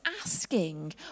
asking